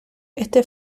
este